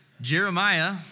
Jeremiah